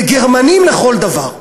כגרמנים לכל דבר.